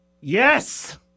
Yes